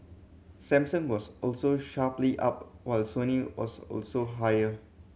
Samsung was also sharply up while Sony was also higher